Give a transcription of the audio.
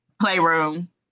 Playroom